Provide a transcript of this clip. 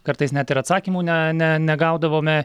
kartais net ir atsakymų ne ne negaudavome